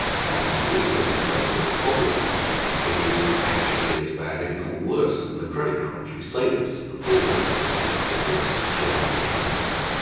and we think that this problem is actually as bad, if not worse, than the credit crunch. we say this in the foreword, the chief executives and the chairman of the companies,